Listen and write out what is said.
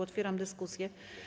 Otwieram dyskusję.